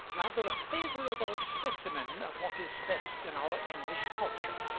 rather a favorable specimen of what is best in our english culture.